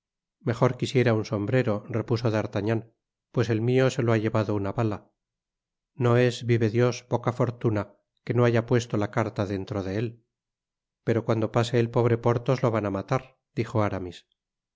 mejor quisiera un sombrero repuso d'artagnan pues el mio se lo ha llevado una bala no es vive dios poca fortuna que no haya puesto la carta dentro de él pero cuando pase el pobre porthos lo van á matar dijo aramis si